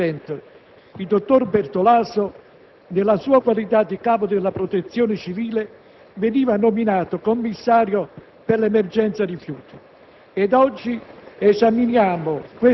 Con il precedente provvedimento il dottor Bertolaso, nella sua qualità di capo della Protezione civile, veniva nominato commissario per l'emergenza. Oggi